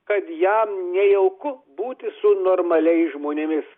kad jam nejauku būti su normaliais žmonėmis